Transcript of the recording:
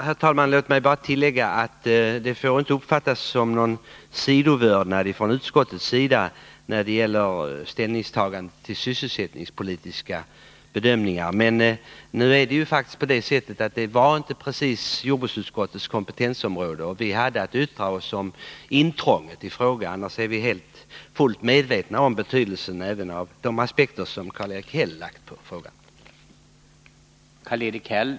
Herr talman! Låt mig bara tillägga att utskottets skrivning inte får uppfattas som någon sidovördnad när det gäller vikten av sysselsättningspolitiska bedömningar. Men sådana ingår faktiskt inte i jordbruksutskottets kompetensområde, och vi hade här att yttra oss om intrånget. Vi är emellertid fullt medvetna om betydelsen av de aspekter som Karl-Erik Häll lagt på frågan.